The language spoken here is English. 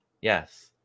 Yes